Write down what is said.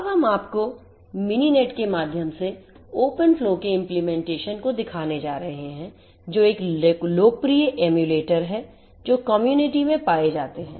अब हम आपको MININET के माध्यम से open flow के implementation को दिखाने जा रहे हैं जो एक लोकप्रिय एमुलेटर है जो COMMUNITY में पाए जाते हैं